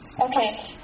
Okay